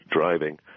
driving